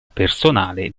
personale